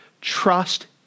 Trust